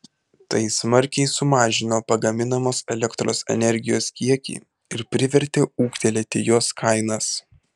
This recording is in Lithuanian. tai smarkiai sumažino pagaminamos elektros energijos kiekį ir privertė ūgtelėti jos kainas